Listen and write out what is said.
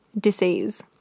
disease